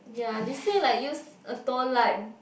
ya they say like use a tone light